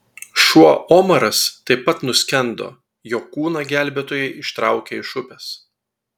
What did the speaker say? šuo omaras taip pat nuskendo jo kūną gelbėtojai ištraukė iš upės